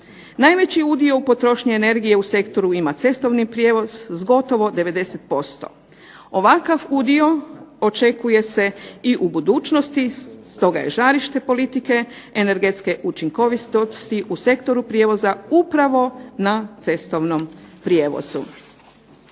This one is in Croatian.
Najveći udio u potrošnji energije u sektoru ima cestovni prijevoz, s gotovo 90%. Ovakav udio očekuje se i u budućnosti stoga je žarište politike energetske učinkovitosti u sektoru prijevoza upravo na cestovnom prijevozu.